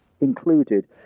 included